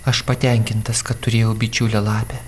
aš patenkintas kad turėjau bičiulę lapę